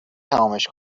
تمومش